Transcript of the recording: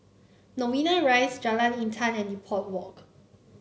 Novena Rise Jalan Intan and Depot Walk